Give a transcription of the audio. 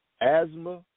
asthma